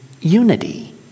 unity